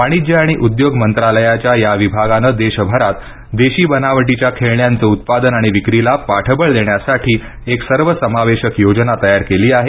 वाणिज्य आणि उद्योग मंत्रालयाच्या या विभागानं देशभरात देशी बनावटीच्या खेळण्यांचं उत्पादन आणि विक्रीला पाठबळ देण्यासाठी एक सर्वसमावेशक योजना तयार केली आहे